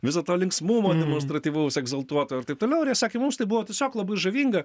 viso to linksmumo demonstratyvaus egzaltuoto ir taip toliau ir jie sakė mums tai buvo tiesiog labai žavinga